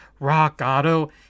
RockAuto